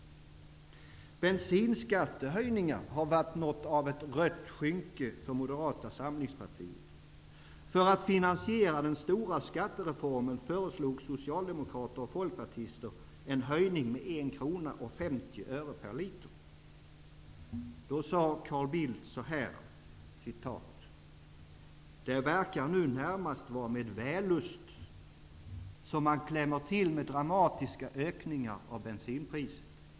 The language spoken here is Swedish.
Bensinskattehöjningar har varit något av ett rött skynke för Moderata samlingspartiet. För att finansiera den stora skattereformen föreslog socialdemokrater och folkpartister en höjning med 1 krona och 50 öre per liter. Då sade Carl Bildt så här: ''Det verkar nu närmast vara med vällust som man klämmer till med dramatiska ökningar av bensinpriset.